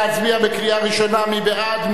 נא להצביע בקריאה ראשונה, מי בעד?